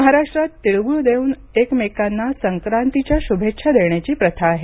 महाराष्ट्रात तिळगूळ देऊन एकमेकांना मकर संक्रांतीच्या शुभेच्छा देण्याची प्रथा आहे